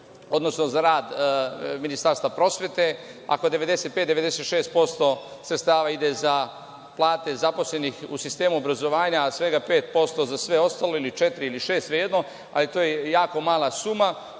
odnosno za rad Ministarstva prosvete. Ako 95%, 96% sredstava ide za plate zaposlenih u sistemu obrazovanja, a svega 5% za sve ostalo ili 4%, ili 6%, svejedno, a to je jako mala suma